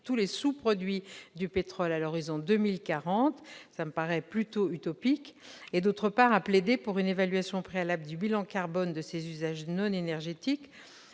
tous les sous-produits du pétrole à l'horizon de 2040, ce qui me paraît utopique, et, d'autre part, à plaider pour une évaluation préalable du bilan carbone de ces usages non énergétiques.